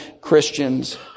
Christians